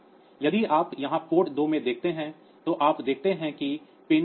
फिर यदि आप यहां पोर्ट 2 में देखते हैं तो आप देखते हैं कि पिन बहुक्रियाशील हैं